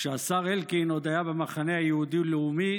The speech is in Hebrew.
כשהשר אלקין עוד היה במחנה היהודי לאומי,